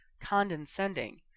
condescending